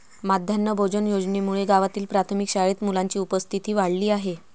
माध्यान्ह भोजन योजनेमुळे गावातील प्राथमिक शाळेत मुलांची उपस्थिती वाढली आहे